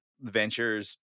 ventures